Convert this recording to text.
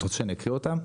אתה רוצה שאני אקריא אותן?